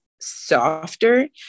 softer